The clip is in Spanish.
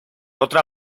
otra